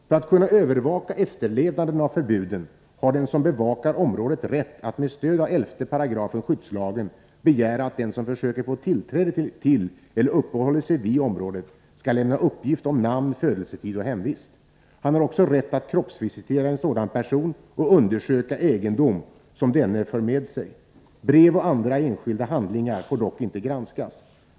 För att kunna övervaka efterlevnaden av förbuden har den som bevakar området rätt att — med stöd av 11 § skyddslagen — begära att den som försöker få tillträde till eller uppehåller sig vid området skall lämna uppgift om namn, födelsetid och hemvist. Han har också rätt att kroppsvisitera en sådan person och undersöka egendom som denne för med sig. Brev och andra enskilda handlingar får dock inte granskas.